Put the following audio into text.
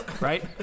right